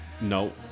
No